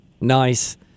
Nice